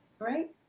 right